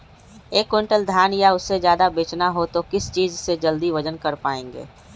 एक क्विंटल धान या उससे ज्यादा बेचना हो तो किस चीज से जल्दी वजन कर पायेंगे?